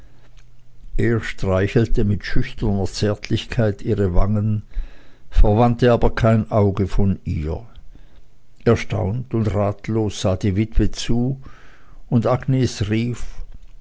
er streichelte mit schüchterner zärtlichkeit ihre wangen verwandte aber kein auge von ihr erstaunt und ratlos sah die witwe zu und agnes rief